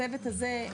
הצוות הזה,